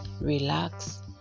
relax